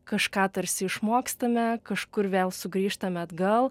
kažką tarsi išmokstame kažkur vėl sugrįžtame atgal